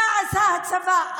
מה עשה הצבא?